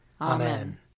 Amen